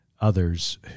others